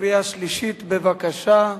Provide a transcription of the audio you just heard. קריאה שלישית, בבקשה.